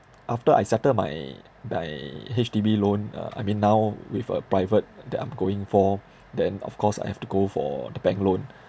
after I settled my my H_D_B loan uh I mean now with a private that I'm going for then of course I have to go for the bank loan